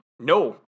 No